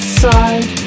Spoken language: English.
side